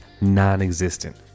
non-existent